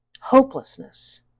hopelessness